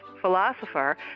philosopher